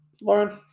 Lauren